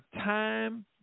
time